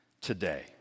today